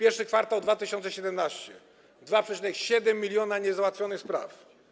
I kwartał 2017 r. - 2,7 mln niezałatwionych spraw.